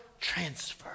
transfer